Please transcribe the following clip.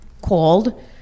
Called